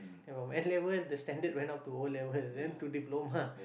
then from N-level the standard went up to O-level then to Diploma